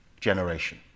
generation